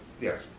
yes